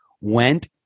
went